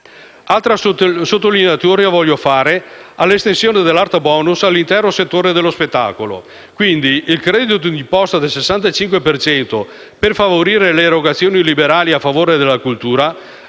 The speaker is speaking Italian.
Altra sottolineatura voglio fare all'estensione dell'Art bonus all'intero settore dello spettacolo. Il credito d'imposta del 65 per cento per favorire le erogazioni liberali a favore della cultura,